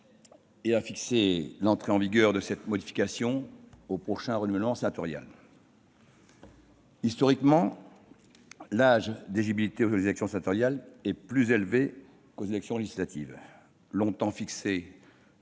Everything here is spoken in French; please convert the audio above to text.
et à fixer l'entrée en vigueur de cette modification au prochain renouvellement sénatorial. Historiquement, l'âge d'éligibilité aux élections sénatoriales est plus élevé qu'aux élections législatives.